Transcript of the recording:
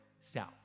south